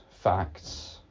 facts